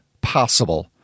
possible